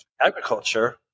agriculture